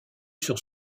sur